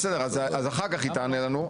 בסדר, אז אחר כך היא תענה לנו.